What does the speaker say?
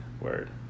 Word